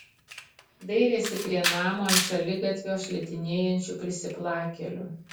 dairėsi prie namo ant šaligatvio šlitinėjančių prisiplakėlių